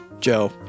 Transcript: Joe